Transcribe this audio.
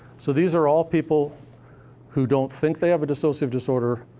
so these are all people who don't think they have a dissociative disorder,